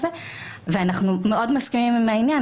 ואנחנו מאוד מסכימים עם העניין,